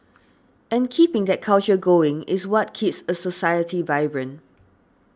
and keeping that culture going is what keeps a society vibrant